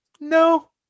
No